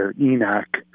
Enoch